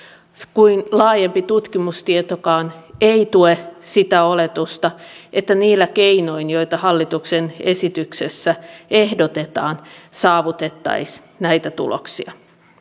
kuin laajempi tutkimustietokaan eivät tue sitä oletusta että niillä keinoin joita hallituksen esityksessä ehdotetaan saavutettaisiin näitä tuloksia